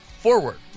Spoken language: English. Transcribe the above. forward